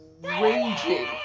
raging